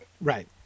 Right